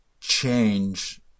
change